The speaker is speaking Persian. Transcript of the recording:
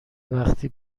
وقتی